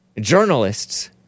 journalists